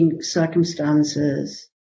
circumstances